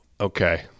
okay